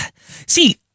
See